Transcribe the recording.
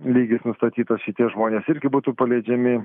lygis nustatytas šitie žmonės irgi būtų paleidžiami